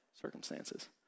circumstances